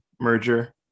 merger